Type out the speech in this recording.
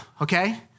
okay